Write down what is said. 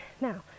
now